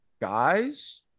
guys